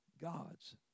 God's